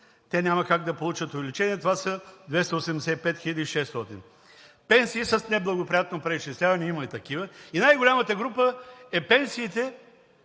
те няма как да получат увеличение – това са 285 хил. и 600. Пенсии с неблагоприятно преизчисляване – има и такива. И най-голямата група – пенсиите,